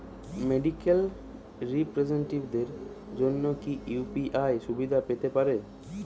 Medical রিপ্রেজন্টেটিভদের জন্য কি ইউ.পি.আই সুবিধা পেতে পারে?